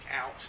out